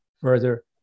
further